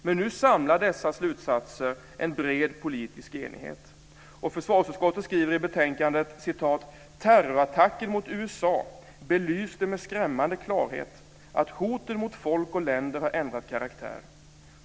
Men nu samlar dessa slutsatser en bred politisk enighet. Försvarsutskottet skriver i betänkandet att terrorattacken mot USA belyste med skrämmande klarhet att hoten mot folk och länder ändrat karaktär.